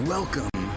Welcome